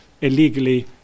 illegally